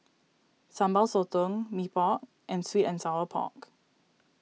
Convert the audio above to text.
Sambal Sotong Mee Pok and Sweet and Sour Pork